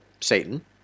Satan